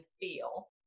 feel